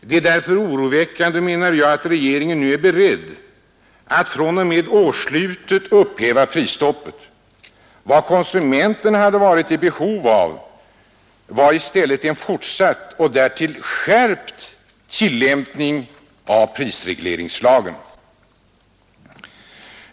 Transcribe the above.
Det är därför oroväckande att regeringen nu är beredd att från och med årsslutet upphäva prisstoppet. Vad konsumenterna hade varit i behov av var i stället en fortsatt och därtill skärpt tillämpning av prisregleringslagen.